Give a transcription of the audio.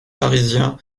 parisien